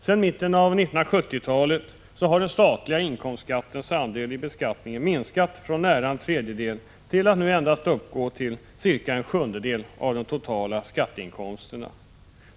Sedan mitten av 1970-talet har den statliga inkomstskattens andel i beskattningen minskat från nära en tredjedel till att nu uppgå till endast cirka en sjundedel av de totala skatteinkomsterna.